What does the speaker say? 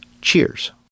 Cheers